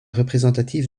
représentative